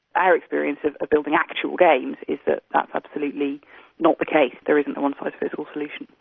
our experience of of building actual games is that that's absolutely not the case there isn't a one size fits all solution.